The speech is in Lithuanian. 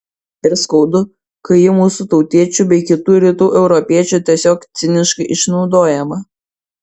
ir skaudu kai ji mūsų tautiečių bei kitų rytų europiečių tiesiog ciniškai išnaudojama